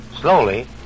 Slowly